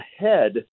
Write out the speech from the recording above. ahead